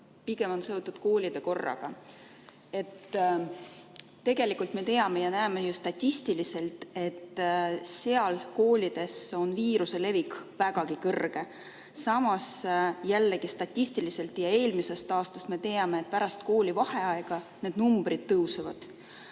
pigem on seotud koolide korraga. Tegelikult me teame ja näeme ka statistikast, et koolides on viiruse levik vägagi suur. Samas, jällegi statistikast ja eelmisest aastast me teame, et pärast koolivaheaega need numbrid tõusevad.